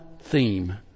theme